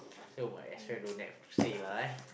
so might as well don't have to say lah eh